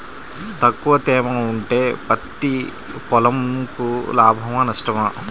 తక్కువ తేమ ఉంటే పత్తి పొలంకు లాభమా? నష్టమా?